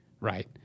right